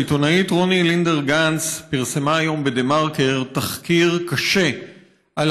העיתונאית רוני לינדר-גנץ פרסמה היום בדה-מרקר תחקיר קשה על